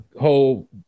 whole